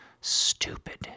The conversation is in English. stupid